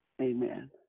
Amen